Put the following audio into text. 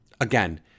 Again